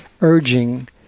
urging